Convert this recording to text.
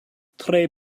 tre